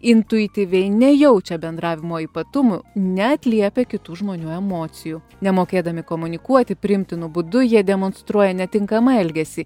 intuityviai nejaučia bendravimo ypatumų neatliepia kitų žmonių emocijų nemokėdami komunikuoti priimtinu būdu jie demonstruoja netinkamą elgesį